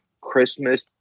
Christmas